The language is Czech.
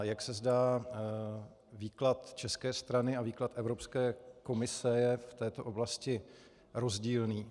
Jak se zdá, výklad české strany a výklad Evropské komise je v této oblasti rozdílný.